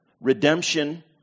Redemption